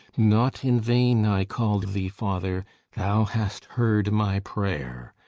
not in vain i called thee father thou hast heard my prayer!